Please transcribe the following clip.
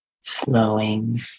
slowing